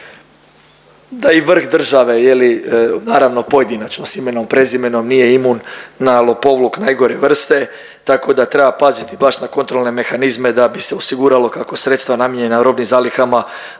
da i vrh države naravno pojedinačno s imenom i prezimenom nije imun na lopovluk najgore vrste, tako da treba paziti baš na kontrolne mehanizme da bi se osiguralo kako sredstva namijenjena robnim zalihama